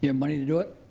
yeah money to do it,